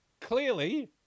Clearly